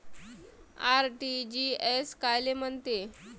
RTGS कायले म्हनते?